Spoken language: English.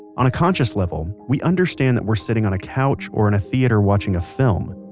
on a conscious level, we understand that we're sitting on a couch or in a theater watching a film,